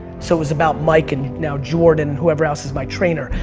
so it was about mike and now jordan, whoever else is my trainer.